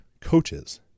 coaches